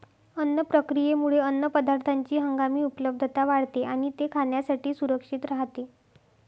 अन्न प्रक्रियेमुळे अन्नपदार्थांची हंगामी उपलब्धता वाढते आणि ते खाण्यासाठी सुरक्षित राहते